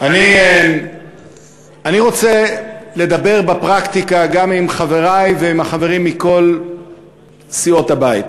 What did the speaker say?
אני רוצה לדבר בפרקטיקה גם עם חברי ועם החברים מכל סיעות הבית,